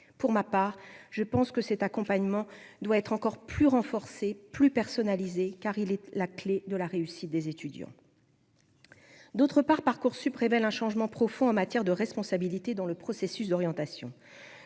pour ma part, je pense que cet accompagnement doit être encore plus renforcée, plus personnalisé, car il est la clé de la réussite des étudiants, d'autre part Parcoursup révèle un changement profond en matière de responsabilité dans le processus d'orientation,